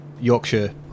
Yorkshire